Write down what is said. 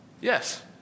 Yes